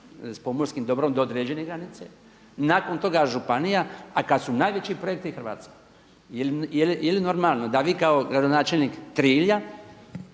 s pomorskim dobrom do određene granice, nakon toga županija a kad su najveći projekti i Hrvatska. Je li normalno da vi kao gradonačelnik Trilja